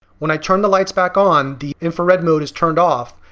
when i turn the lights back on, the infrared mode is turned off,